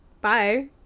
Bye